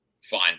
Fine